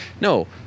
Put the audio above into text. No